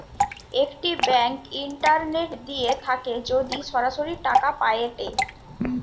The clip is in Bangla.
একটি ব্যাঙ্ক ইন্টারনেট দিয়ে থাকে যদি সরাসরি টাকা পায়েটে